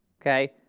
okay